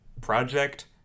Project